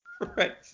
Right